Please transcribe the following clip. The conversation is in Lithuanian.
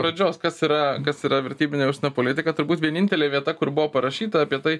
pradžios kas yra kas yra vertybinė politika turbūt vienintelė vieta kur buvo parašyta apie tai